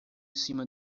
cima